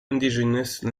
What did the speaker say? languages